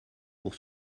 pour